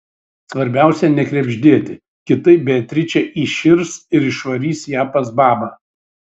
svarbiausia nekrebždėti kitaip beatričė įširs ir išvarys ją pas babą